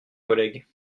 collègues